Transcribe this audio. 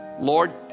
Lord